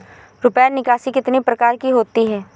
रुपया निकासी कितनी प्रकार की होती है?